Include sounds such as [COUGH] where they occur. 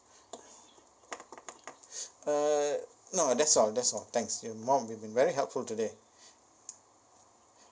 [BREATH] uh no that's all that's all thanks you more you've been very helpful today